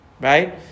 right